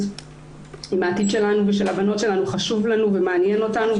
אם העתיד שלנו ושל הבנות שלנו חשוב לנו ומעניין אותנו,